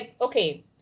okay